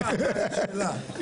ב-15:15.